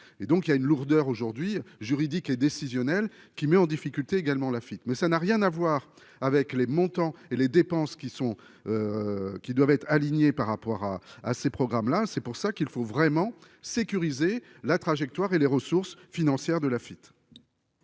il y a une lourdeur aujourd'hui juridique et qui met en difficulté également l'Afrique mais ça n'a rien à voir avec les montants et les dépenses qui sont, qui doivent être alignés par rapport à à ces programmes là, c'est pour ça qu'il faut vraiment sécurisé la trajectoire et les ressources financières de la